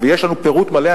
ויש לנו פירוט מלא.